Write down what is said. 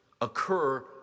occur